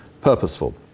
purposeful